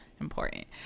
important